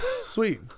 Sweet